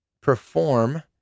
perform